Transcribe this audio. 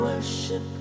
Worship